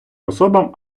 особам